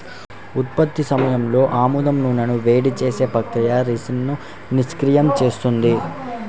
ఉత్పత్తి సమయంలో ఆముదం నూనెను వేడి చేసే ప్రక్రియ రిసిన్ను నిష్క్రియం చేస్తుంది